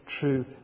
true